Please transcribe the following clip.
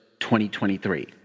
2023